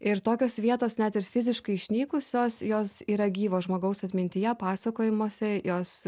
ir tokios vietos net ir fiziškai išnykusios jos yra gyvo žmogaus atmintyje pasakojimuose jos